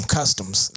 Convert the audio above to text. customs